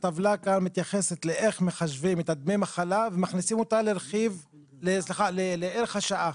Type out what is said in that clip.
הטבלה כאן מתייחסת לאיך מחשבים את דמי המחלה ומכניסים אותה לערך השעה,